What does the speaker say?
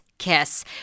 kiss